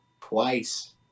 twice